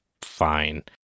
fine